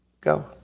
Go